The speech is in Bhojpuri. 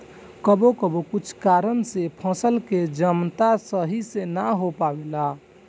कबो कबो कुछ कारन से फसल के जमता सही से ना हो पावेला